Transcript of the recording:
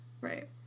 right